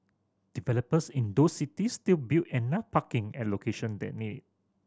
developers in those cities still build enough parking at location that need